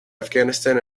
afghanistan